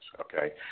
Okay